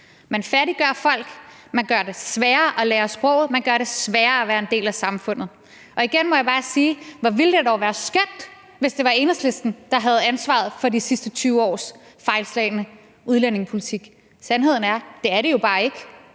Man fattiggør folk, man gør det sværere at lære sproget, man gør det sværere at være en del af samfundet. Igen må jeg bare sige, at hvor ville det dog være skønt, hvis det var Enhedslisten, der havde ansvaret for de sidste 20 års fejlslagne udlændingepolitik. Sandheden er jo bare, at det er det ikke.